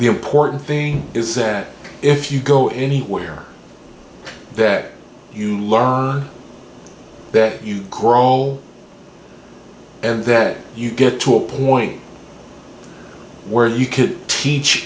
the important thing is that if you go anywhere that you learn that you grohl and that you get to a point where you could teach